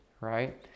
right